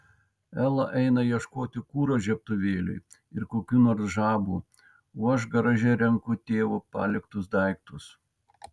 ela eina ieškoti kuro žiebtuvėliui ir kokių nors žabų o aš garaže renku tėvo paliktus daiktus